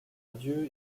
adieu